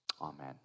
Amen